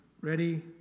ready